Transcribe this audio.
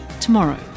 tomorrow